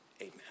Amen